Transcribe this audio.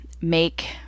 make